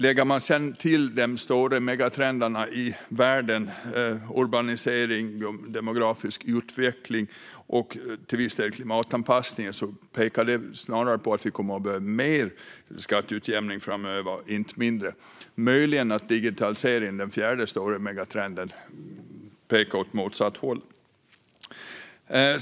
Lägger man sedan till megatrenderna i världen - urbanisering, demografisk utveckling och till viss del klimatanpassningar - pekar det snarare på att vi kommer att behöva ha mer skatteutjämning framöver, inte mindre. Möjligen pekar digitalisering, den fjärde megatrenden, åt motsatt håll.